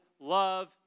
love